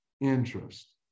interest